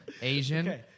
Asian